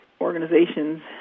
Organizations